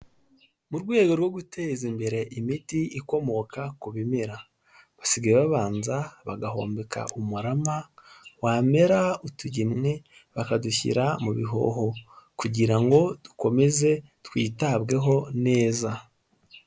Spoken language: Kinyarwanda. Mu rwego rwo guteza imbere imiti ikomoka ku bimera basigaye babanza bagahomeka marama wamera utugemwe bakadushyira mu bihoho kugira ngo dukomeze twitabweho neza.